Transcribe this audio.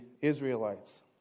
Israelites